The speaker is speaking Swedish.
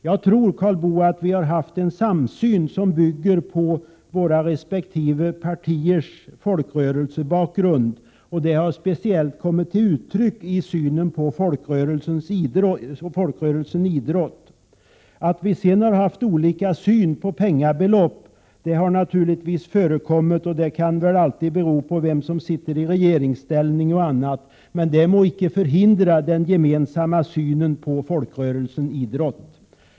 Jag tror, Karl Boo, att vi har haft en samsyn som bygger på våra resp. partiers folkrörelsebakgrund; detta har särskilt kommit till uttryck i synen på folkrörelsen idrott. Det har naturligtvis förekommit att vi har haft olika syn på beloppens storlek, men det kan väl bero på vilket parti som sitter i regeringsställning och annat. Det må dock icke förhindra den gemensamma synen på folkrörelsen idrott.